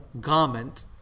garment